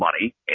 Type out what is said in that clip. money